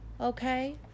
Okay